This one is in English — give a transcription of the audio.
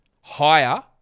higher